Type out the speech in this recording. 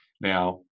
Now